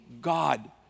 God